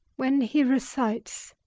when he recites,